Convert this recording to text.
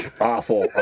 awful